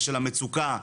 ושל המצוקה,